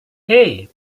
hey